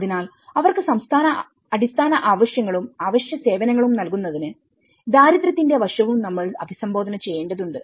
അതിനാൽ അവർക്ക് അടിസ്ഥാന ആവശ്യങ്ങളും അവശ്യ സേവനങ്ങളും നൽകുന്നതിന് ദാരിദ്ര്യത്തിന്റെ വശവും നമ്മൾ അഭിസംബോധന ചെയ്യേണ്ടതുണ്ട്